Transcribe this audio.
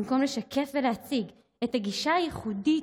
במקום לשקף ולהציג את הגישה הייחודית